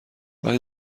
وقتی